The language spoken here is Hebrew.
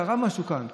קרה משהו כאן,